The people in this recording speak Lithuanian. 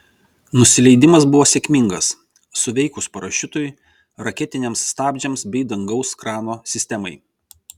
nusileidimas buvo sėkmingas suveikus parašiutui raketiniams stabdžiams bei dangaus krano sistemai